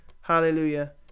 Hallelujah